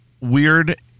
weird